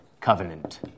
covenant